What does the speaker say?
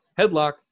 headlock